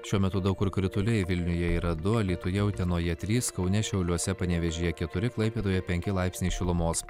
šiuo metu daug kur krituliai vilniuje yra du alytuje utenoje trys kaune šiauliuose panevėžyje keturi klaipėdoje penki laipsniai šilumos